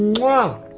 wow,